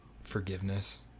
forgiveness